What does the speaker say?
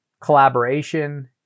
collaboration